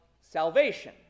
salvation